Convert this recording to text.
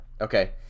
Okay